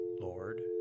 Lord